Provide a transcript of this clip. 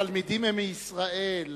התלמידים הם מישראל,